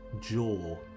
jaw